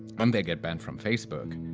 and they got banned from facebook!